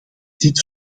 dit